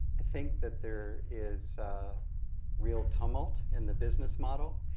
i think that there is a real tumult in the business model.